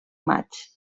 maig